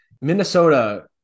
Minnesota